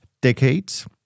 decades